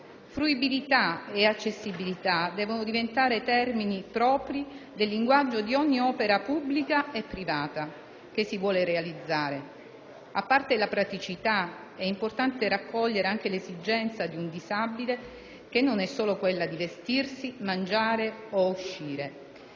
"Fruibilità" e "accessibilità" devono diventare termini propri del linguaggio di ogni opera pubblica e privata che si vuole realizzare. A parte la praticità, è importante raccogliere anche l'esigenza di un disabile, che non è solo quella di vestirsi, mangiare o uscire.